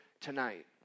tonight